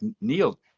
Neil